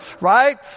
right